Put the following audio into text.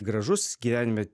gražus gyvenime